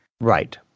Right